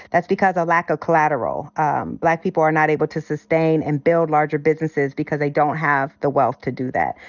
that's because a lack of collateral. um black people are not able to sustain and build larger businesses because they don't have the wealth to do that.